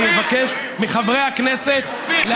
אני מבקש מחברי הכנסת להצביע בעד,